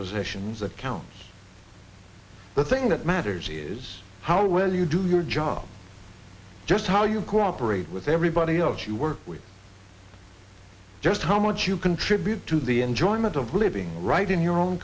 possessions account the thing that matters is how well you do your job just how you cooperate with everybody else you work with just how much you contribute to the enjoyment of living right in your own